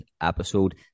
episode